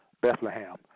Bethlehem